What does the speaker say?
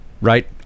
right